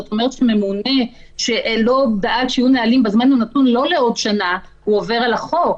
זאת אומרת שממונה שלא דאג שיהיו נהלים בזמן כבר עובר על החוק.